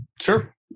Sure